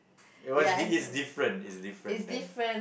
it was the it's different it's different than